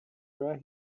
where